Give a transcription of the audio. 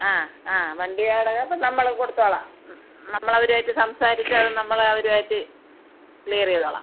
ആ ആ വണ്ടി വാടക അപ്പം നമ്മള് കൊടുത്തോളാം നമ്മള് അവരുമായിട്ട് സംസാരിച്ച് അത് നമ്മള് അവരുമായിട്ട് ക്ലിയർ ചെയ്തോളാം